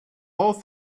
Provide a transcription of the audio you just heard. all